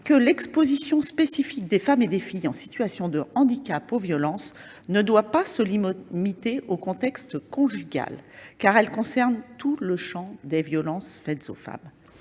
que l'exposition spécifique des femmes et des filles en situation de handicap aux violences ne doit pas se limiter au contexte conjugal, car elle concerne tout le champ des violences faites aux femmes.